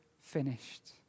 finished